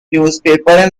newspaper